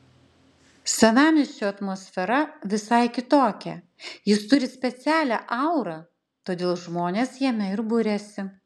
senamiesčio atmosfera visai kitokia jis turi specialią aurą todėl žmonės jame ir buriasi